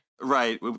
Right